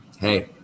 Hey